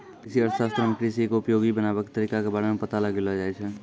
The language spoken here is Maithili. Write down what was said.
कृषि अर्थशास्त्रो मे कृषि के उपयोगी बनाबै के तरिका के बारे मे पता लगैलो जाय छै